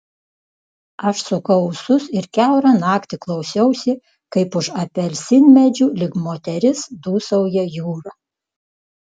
aš sukau ūsus ir kiaurą naktį klausiausi kaip už apelsinmedžių lyg moteris dūsauja jūra